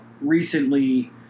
recently